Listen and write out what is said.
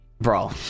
Bro